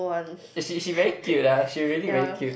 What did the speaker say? she she very cute ah she really very cute